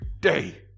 day